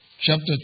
Chapter